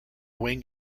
wing